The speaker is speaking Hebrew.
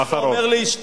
אחרון.